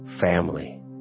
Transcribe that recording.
family